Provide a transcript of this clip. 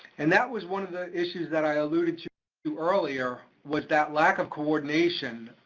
and that was one of the issues that i alluded to earlier, was that lack of coordination.